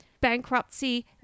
bankruptcy